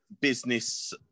business